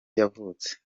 yavutse